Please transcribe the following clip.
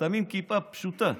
שמים כיפה פשוטה,